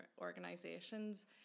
organisations